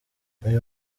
uyu